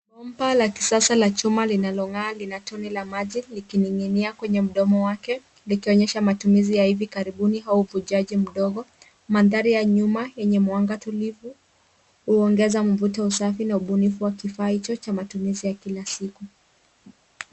Bomba la kisasa la chuma linalong'aa lina tone la maji likining'inia kwenye mdomo wake likionyesha matumizi ya hivi karibuni au uvujaji mdogo. Mandhari ya nyuma yenye mwanga tulivu huongeza mvuto, usafi na ubunifu wa kifaa hicho cha matumizi ya kila siku.